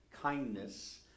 kindness